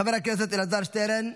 חבר הכנסת אלעזר שטרן,